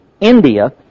India